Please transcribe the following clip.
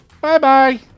Bye-bye